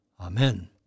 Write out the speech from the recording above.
Amen